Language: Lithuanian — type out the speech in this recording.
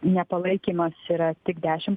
nepalaikymas yra tik dešim